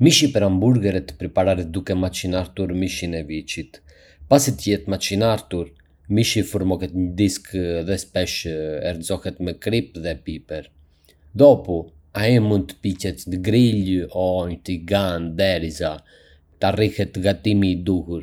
Mishi për hamburgerët pripararet duke e macinartur mishin e viçit. Pasi të jetë macinartur, mishi formohet në disqe dhe shpesh erëzohet me kripë dhe piper. Dopu, ai mund të piquet në grilj ose në tigan derisa të arrihet gatimi i duhur.